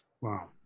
Wow